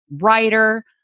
writer